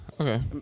okay